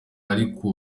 ariko